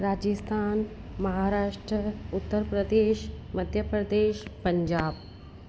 Rajasthan Maharashtra Uttar Pradesh Madhya Pradesh Punjab